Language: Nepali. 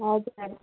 हजुर